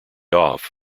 off